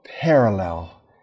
parallel